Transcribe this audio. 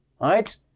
right